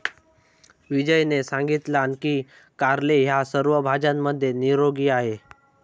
विजयने सांगितलान की कारले ह्या सर्व भाज्यांमध्ये निरोगी आहे